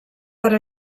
per